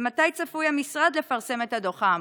2. מתי צפוי המשרד לפרסם את הדוח האמור?